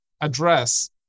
address